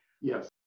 Yes